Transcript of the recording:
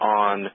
on